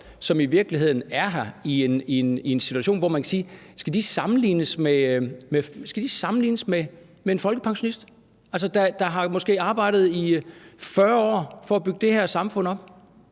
om folk, som i er i en situation, hvor man kan spørge, om de skal sammenlignes med en folkepensionist, der måske har arbejdet i 40 år for at bygge det her samfund op.